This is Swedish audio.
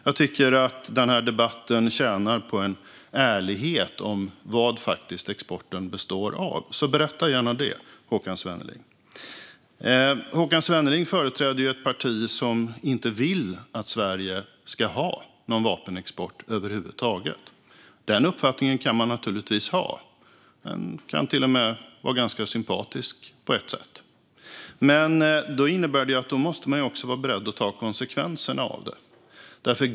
Jag tycker att den här debatten tjänar på ärlighet om vad exporten faktiskt består av, så berätta gärna det, Håkan Svenneling! Håkan Svenneling företräder ju ett parti som inte vill att Sverige ska ha någon vapenexport över huvud taget. Den uppfattningen kan man naturligtvis ha. Den kan till och med vara ganska sympatisk på ett sätt. Men då måste man också vara beredd att ta konsekvenserna av den.